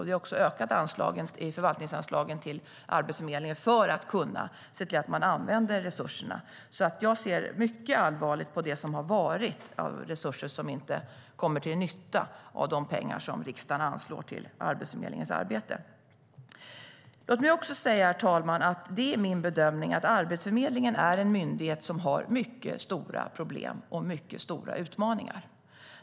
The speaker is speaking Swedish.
Vi har ökat förvaltningsanslagen till Arbetsförmedlingen för att kunna se till att man använder resurserna. Jag ser mycket allvarligt på det som har varit av resurser som inte kommer till nytta av de pengar som riksdagen anslår till Arbetsförmedlingens arbete. Låt mig också säga, herr talman, att det är min bedömning att Arbetsförmedlingen är en myndighet som har mycket stora problem och mycket stora utmaningar.